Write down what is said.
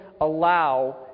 allow